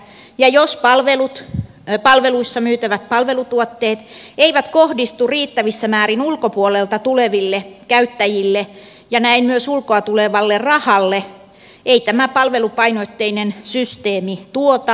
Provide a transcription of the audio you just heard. jos palveluissa myytävät palvelutuotteet eivät kohdistu riittävässä määrin ulkopuolelta tuleville käyttäjille ja näin myös ulkoa tulevalle rahalle ei tämä palvelupainotteinen systeemi tuota vaan syö